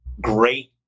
great